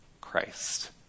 Christ